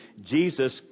Jesus